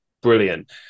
brilliant